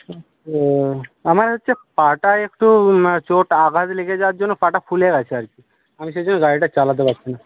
ওহ আমার হচ্ছে পাটা একটু মানে চোট আঘাত লেগে যাওয়ার জন্য পাটা ফুলে গেছে আর কি আমি সেজন্য গাড়িটা চালাতে পারছি না